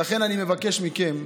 לכן אני מבקש מכם,